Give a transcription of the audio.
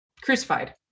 crucified